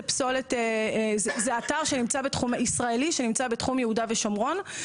זה אתר ישראלי שנמצא בתחום יהודה ושומרון,